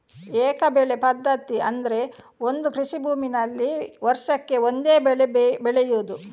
ಏಕ ಬೆಳೆ ಪದ್ಧತಿ ಅಂದ್ರೆ ಒಂದು ಕೃಷಿ ಭೂಮಿನಲ್ಲಿ ವರ್ಷಕ್ಕೆ ಒಂದೇ ಬೆಳೆ ಬೆಳೆಯುದು